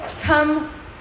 come